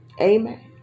Amen